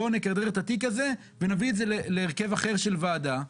בואו נכדרר את התיק הזה ונביא את זה להרכב אחר של ועדה.